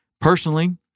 Personally